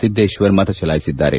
ಸಿದೇಶ್ವರ್ ಮತ ಚಲಾಯಿಸಿದ್ದಾರೆ